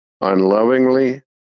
unlovingly